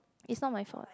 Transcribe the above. it's not my fault